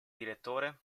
direttore